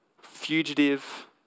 fugitive